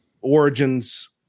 origins